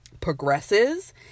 progresses